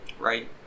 right